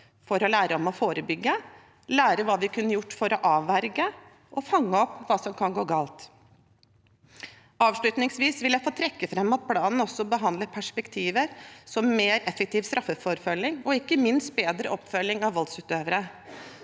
for å lære om å forebygge, lære hva vi kunne gjort for å avverge, og fange opp hva som kan gå galt. Avslutningsvis vil jeg trekke fram at planen også behandler perspektiver som mer effektiv straffeforfølging og ikke minst bedre oppfølging av voldsutøvere,